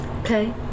Okay